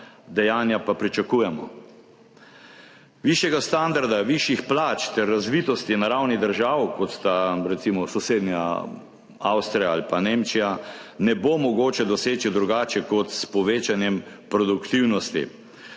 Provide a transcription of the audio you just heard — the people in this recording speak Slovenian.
dejanja pa pričakujemo. Višjega standarda, višjih plač ter razvitosti na ravni držav, kot sta recimo sosednja Avstrija ali pa Nemčija, ne bo mogoče doseči drugače kot s povečanjem produktivnosti.